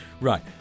Right